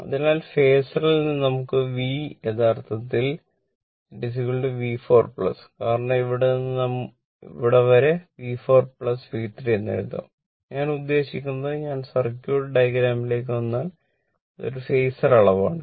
അതിനാൽ ഫാസറിൽ അളവാണ്